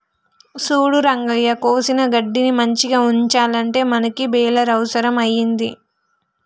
సూడు రంగయ్య కోసిన గడ్డిని మంచిగ ఉంచాలంటే మనకి బెలర్ అవుసరం అయింది